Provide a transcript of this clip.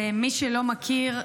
מי שלא מכיר,